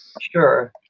sure